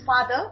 father